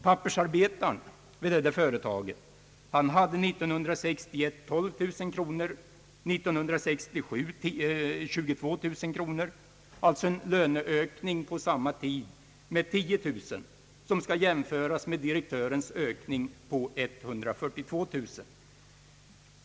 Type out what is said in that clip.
Pappersarbetaren vid detta företag hade 1961 en lön på 12 000 kronor, 1967 hade han 22 000 kronor, alltså en löneökning på samma tid med 10 000 kronor, som skall jämföras med direktörens ökning på 142 000 kronor.